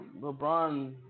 LeBron